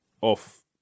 off